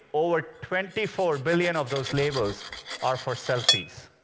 over twenty four billion of those labels are for selfies.